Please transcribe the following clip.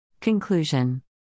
Conclusion